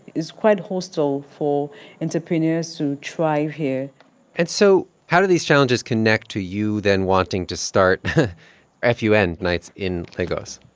it's quite hostile for entrepreneurs to try here and so how do these challenges connect to you then wanting to start ah fun and nights in lagos?